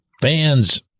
fans